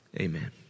amen